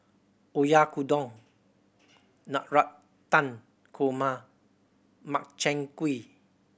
Oyakodon Navratan Korma Makchang Gui